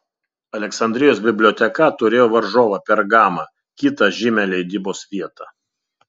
aleksandrijos biblioteka turėjo varžovą pergamą kitą žymią leidybos vietą